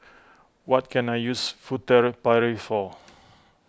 what can I use Furtere Paris for